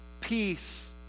peace